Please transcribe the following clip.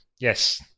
Yes